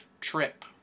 Trip